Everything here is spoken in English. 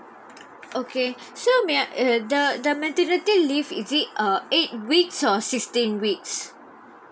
okay so may I uh the the maternity leave is it uh eight weeks or sixteen weeks